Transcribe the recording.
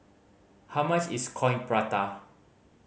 how much is Coin Prata